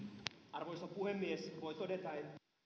arvoisa puhemies voi todeta että